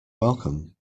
welcome